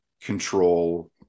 control